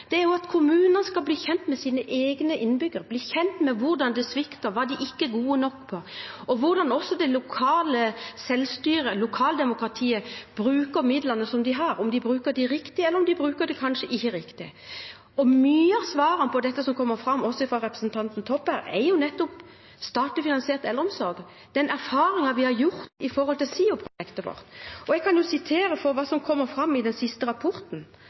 er at kommunene skal bli kjent med sine egne innbyggere, bli kjent med hvor det svikter, hva de ikke er gode nok på, og hvordan det lokale selvstyret, lokaldemokratiet, bruker midlene de har – om de bruker dem riktig, eller om de kanskje ikke bruker dem riktig. Mye av svaret på det som kommer fram, også fra representanten Toppe, er statlig finansiert eldreomsorg, den erfaringen vi har med SIO-prosjektet vårt. Jeg kan jo sitere fra det som kom fram i den siste rapporten,